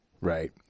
Right